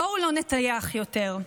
בואו לא נטייח יותר.